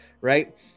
right